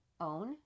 own